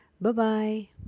Bye-bye